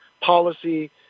policy